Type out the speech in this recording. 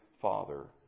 Father